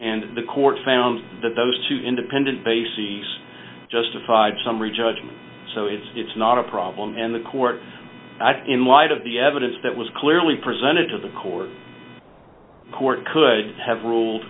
and the court found that those two independent bases justified summary judgment so it's not a problem and the court in light of the evidence that was clearly presented to the court court could have ruled